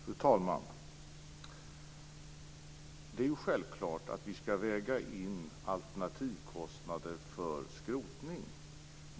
Fru talman! Det är självklart att vi skall väga in alternativkostnader för skrotning.